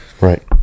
Right